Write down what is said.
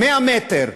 100 מטר.